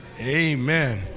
Amen